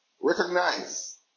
recognize